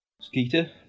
Skeeter